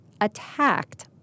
attacked